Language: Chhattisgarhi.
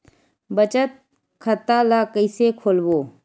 बचत खता ल कइसे खोलबों?